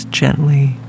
Gently